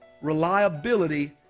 reliability